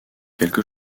quelque